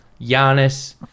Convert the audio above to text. Giannis